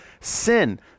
sin